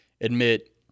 admit